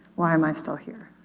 why am i still here?